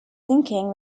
thinking